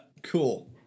cool